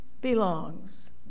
Belongs